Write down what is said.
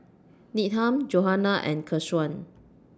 Needham Johanna and Keshawn